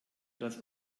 das